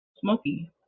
smoky